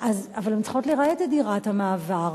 אבל הן צריכות לרהט את דירות המעבר,